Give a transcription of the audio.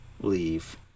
leave